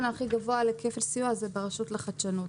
הכי גבוה לכפל סיוע זה ברשות לחדשנות.